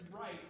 right